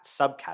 subcategory